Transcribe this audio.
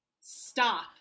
stop